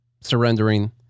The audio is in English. Surrendering